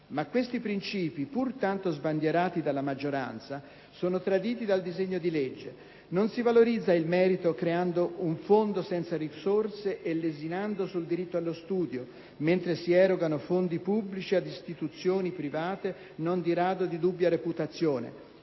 Ma questi principi, pur tanto sbandierati dalla maggioranza, sono traditi dal disegno di legge: non si valorizza il merito creando un fondo senza risorse e lesinando sul diritto allo studio, mentre si erogano fondi pubblici ad istituzioni private non di rado di dubbia reputazione.